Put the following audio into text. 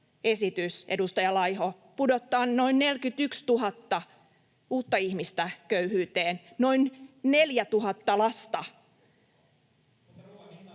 esitys, edustaja Laiho, pudottaa noin 41 000 uutta ihmistä köyhyyteen, noin 4 000 lasta.